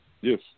Yes